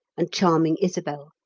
and charming isabel,